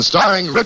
Starring